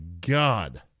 God